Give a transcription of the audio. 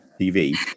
tv